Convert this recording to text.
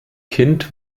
kind